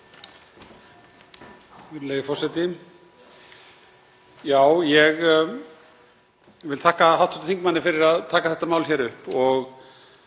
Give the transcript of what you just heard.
Virðulegi forseti. Ég vil þakka hv. þingmanni fyrir að taka þetta mál hér upp